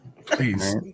please